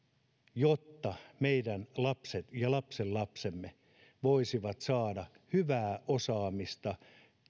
jotta meidän lapsemme ja lapsenlapsemme voisivat saada hyvää osaamista